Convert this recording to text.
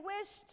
wished